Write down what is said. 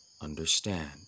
understand